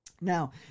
Now